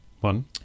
one